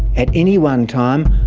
at any one time,